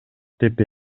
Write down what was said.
деп